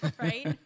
right